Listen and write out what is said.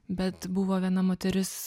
bet buvo viena moteris